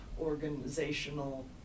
organizational